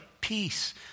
peace